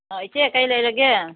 ꯏꯆꯦ ꯀꯩ ꯂꯩꯔꯒꯦ